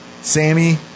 Sammy